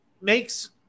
makes